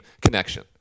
connection